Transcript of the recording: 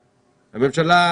יוראי,